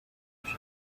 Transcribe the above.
روشن